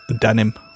Denim